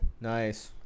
Nice